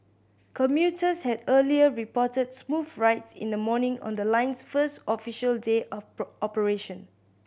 commuters had earlier reported smooth rides in the morning on the line's first official day of poor operation